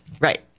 right